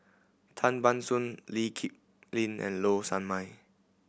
Tan Ban Soon Lee Kip Lin and Low Sanmay